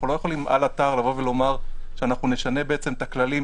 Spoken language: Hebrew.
אנחנו לא יכולים על אתר לבוא ולומר שאנחנו נשנה את הכללים.